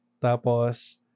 Tapos